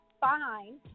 fine